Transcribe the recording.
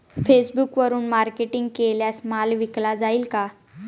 फेसबुकवरुन मार्केटिंग केल्यास माल विकला जाईल का?